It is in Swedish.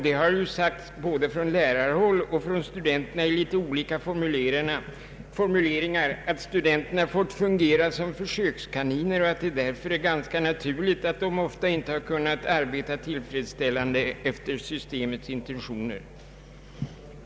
Det har sagts både från lärare och studenter i litet olika formuleringar, att studenterna fått fungera som försökskaniner och att det därför är ganska naturligt att de inte har kunnat arbeta tillfredsställande efter systemets intentioner.